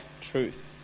truth